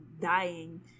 dying